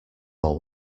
while